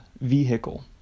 vehicle